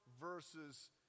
verses